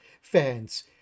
fans